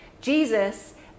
Jesus